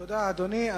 תודה, אדוני.